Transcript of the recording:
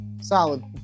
solid